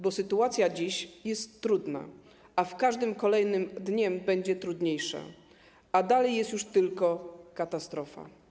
Dziś sytuacja jest trudna, z każdym kolejnym dniem będzie trudniejsza, a dalej jest już tylko katastrofa.